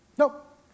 Nope